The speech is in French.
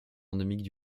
endémiques